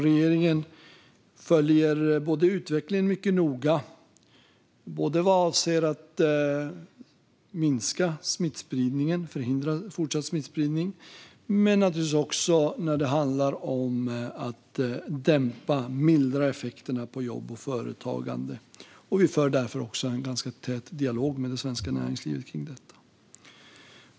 Regeringen följer utvecklingen mycket noga för att minska och förhindra fortsatt smittspridning men också dämpa effekterna på jobb och företag. Vi för därför en ganska tät dialog med det svenska näringslivet om detta.